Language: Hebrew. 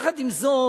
יחד עם זאת,